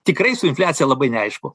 tikrai su infliacija labai neaišku